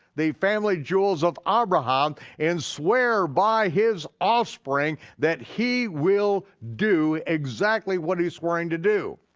the family jewels of abraham, and swear by his offspring that he will do exactly what he's swearing to do.